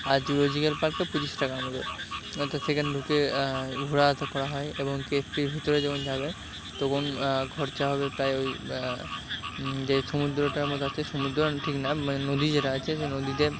আর zoological পার্কেও ত্রিশ টাকার মতো তো সেখানে ঢুকে ঘোরা এ সব করা হয় এবং কে এস পির ভিতরে যখন যাবে তখন খরচা হবে প্রায় ওই যে সমুদ্রটা আমাদের আছে সমুদ্র ঠিক না মানে নদী যেটা আছে সে নদীতে